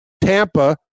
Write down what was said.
Tampa